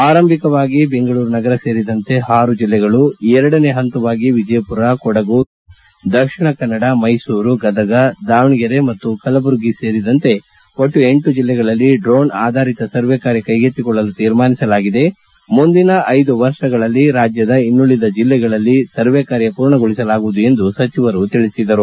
ಆರಂಭಿಕವಾಗಿ ಬೆಂಗಳೂರು ನಗರ ಸೇರಿದಂತೆ ಆರು ಜಿಲ್ಲೆಗಳು ಎರಡನೇ ಪಂತವಾಗಿ ವಿಜಯಮರ ಕೊಡಗು ಧಾರವಾಡ ದಕ್ಷಿಣ ಕನ್ನಡ ಮೈಸೂರು ಗದಗ ದಾವಣಗೆರೆ ಮತ್ತು ಕಲಬುರಗಿ ಒಳಗೊಂಡಂತೆ ಎಂಟು ಜಲ್ಲೆಗಳಲ್ಲಿ ಡ್ರೋನ್ ಆಧಾರಿತ ಸರ್ವೆಕಾರ್ಯ ಕೈಗೆತ್ತಿಕೊಳ್ಳಲು ತೀರ್ಮಾನಿಸಲಾಗಿದೆ ಮುಂದಿನ ಐದು ವರ್ಷಗಳಲ್ಲಿ ರಾಜ್ಯದ ಇನ್ನುಳಿದ ಜಿಲ್ಲೆಗಳಲ್ಲಿ ಸರ್ವೆ ಕಾರ್ಯ ಮೂರ್ಣಗೊಳಿಸಲಾಗುವುದು ಎಂದು ತಿಳಿಸಿದರು